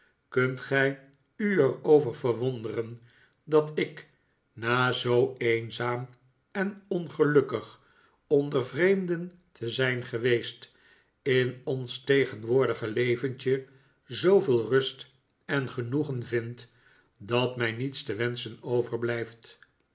kunt gij u er over verwonderen dat ik na zoo eenzaam en ongelukkig onder vreemden te zijn geweest in ons tegenwoordige leventje zooveel rust en genoegen vind dat mij niets te wenschen overblijft